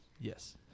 Yes